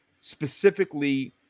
specifically